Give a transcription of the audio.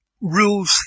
rules